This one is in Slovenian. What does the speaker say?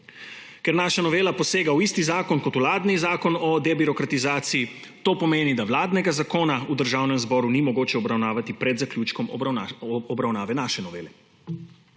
Ker naša novela posega v isti zakon kot vladni zakon o debirokratizaciji, to pomeni, da vladnega zakona v Državnem zboru ni mogoče obravnavati pred zaključkom obravnave naše novele.